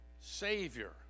Savior